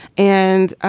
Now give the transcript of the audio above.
and,